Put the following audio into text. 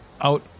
out